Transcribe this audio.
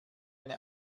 eine